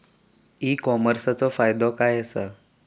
E कॉमर्सचो फायदो काय असा?